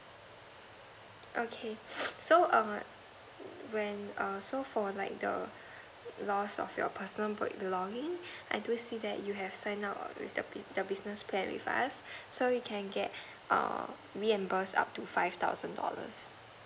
okay so err when err so for like the lost of your personal bel~ belonging I do see that you have signed up with the business plan with us so you can get err reimburse up to five thousand dollars